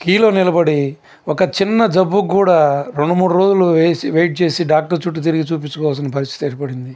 క్యూలో నిలబడి ఒక చిన్న జబ్బుకు కూడా రెండు మూడు రోజులు వేసి వెయిట్ చేసి డాక్టర్ చుట్టు తిరిగి చూపించుకోవాల్సిన పరిస్థితి ఏర్పడింది